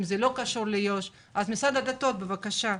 משרד הדתות בבקשה,